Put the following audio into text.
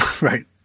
Right